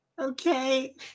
Okay